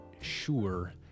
sure